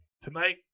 tonight